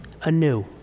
anew